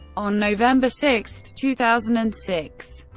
on november six, two thousand and six,